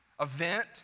event